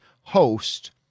host